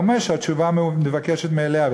דומה שהתשובה מתבקשת מאליה.